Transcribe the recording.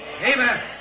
Amen